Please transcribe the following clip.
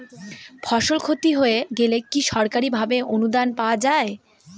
ফসল ক্ষতি হয়ে গেলে কি সরকারি ভাবে অনুদান পাওয়া য়ায়?